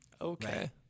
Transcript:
Okay